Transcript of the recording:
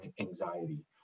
anxiety